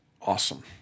awesome